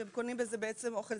שהם קונים בזה בעצם אוכל,